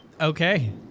okay